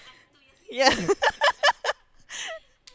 yeah